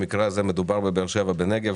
במקרה הזה מדובר בבאר שבע, בנגב.